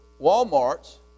Walmart's